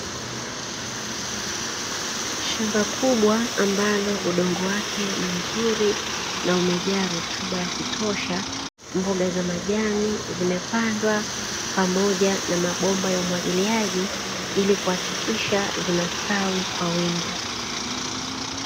Shamba kubwa ambalo udongo wake ni mzuri na umejaa rutuba ya kutosha mboga za majani, zimepandwa pamoja na mabomba ya umwagiliaji ili kuhakikisha zinastawi kwa wingi.